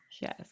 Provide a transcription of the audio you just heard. Yes